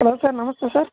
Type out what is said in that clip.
hello sir namaste sir